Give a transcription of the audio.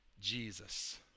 Jesus